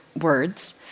words